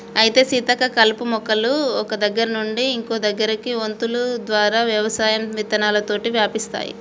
అయితే సీతక్క కలుపు మొక్కలు ఒక్క దగ్గర నుండి ఇంకో దగ్గరకి వొంతులు ద్వారా వ్యవసాయం విత్తనాలతోటి వ్యాపిస్తాయి